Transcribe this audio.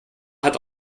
hat